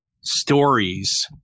stories